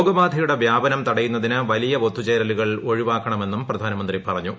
രോഗബാധയുടെ വ്യാപനം തടയുന്നതിന് വലിയ ഒത്തുചേരലുകൾ ഒഴിവാക്കണമെന്നും പ്രധാനമന്ത്രി പറഞ്ഞു